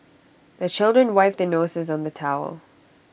the children wipe their noses on the towel